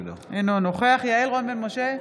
אינו נוכח יעל רון בן משה,